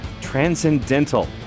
transcendental